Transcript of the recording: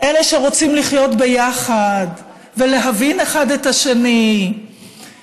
אלה שרוצים לחיות ביחד ולהבין אחד את השני ושנוכל